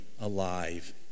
alive